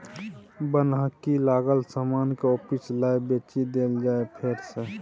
बन्हकी लागल समान केँ आपिस लए बेचि देल जाइ फेर सँ